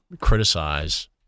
criticize